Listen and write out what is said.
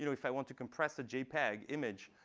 you know if i want to compress a jpeg image,